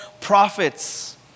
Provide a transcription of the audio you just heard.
prophets